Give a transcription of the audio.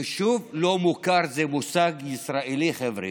יישוב לא מוכר זה מושג ישראלי, חבר'ה.